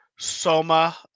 Soma